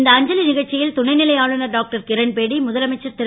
இந்த அஞ்சலி காச்சி ல் துணை லை ஆளுநர் டாக்டர் கிரண்பேடி முதலமைச்சர் ரு